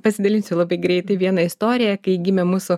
pasidalinsiu labai greitai vieną istoriją kai gimė mūsų